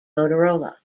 motorola